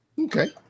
Okay